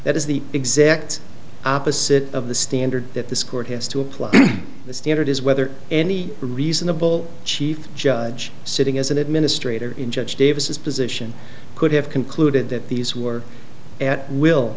that is the exact opposite of the standard that this court has to apply the standard is whether any reasonable chief judge sitting as an administrator in judge davis position could have concluded that these were at will